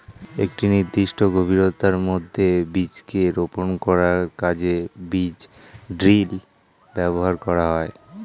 একটি নির্দিষ্ট গভীরতার মধ্যে বীজকে রোপন করার কাজে বীজ ড্রিল ব্যবহার করা হয়